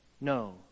no